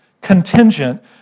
contingent